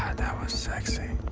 that was sexy.